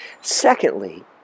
Secondly